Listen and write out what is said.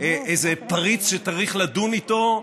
איזה פריץ שצריך לדון איתו,